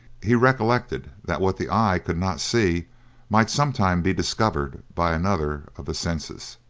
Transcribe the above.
he recollected that what the eye could not see might some time be discovered by another of the senses.